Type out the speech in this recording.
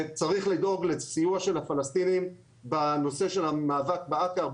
וצריך לדאוג לסיוע של הפלסטינים בנושא של המאבק באכר.